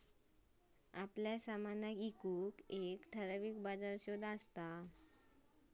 आपल्या सामनाक विकूक एक ठराविक बाजार शोध